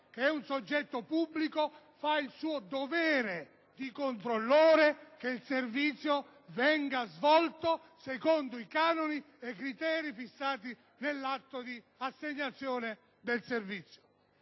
che è un soggetto pubblico, compie il suo dovere di controllore, verificando cioè che il servizio venga svolto secondo i canoni e i criteri fissati nell'atto di assegnazione del servizio